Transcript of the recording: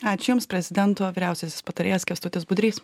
ačiū jums prezidento vyriausiasis patarėjas kęstutis budrys